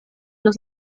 los